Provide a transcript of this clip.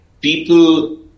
people